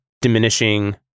diminishing